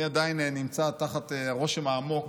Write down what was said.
אני עדיין נמצא תחת הרושם העמוק